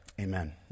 amen